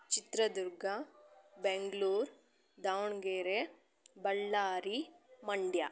Chitradurga Bengaluru Davanagere Ballari Mandya